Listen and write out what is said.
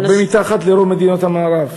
הרבה מתחת לרוב מדינות המערב.